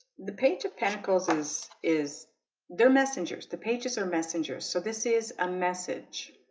the page of pentacles is is their messengers the pages are messengers. so this is a message